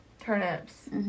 Turnips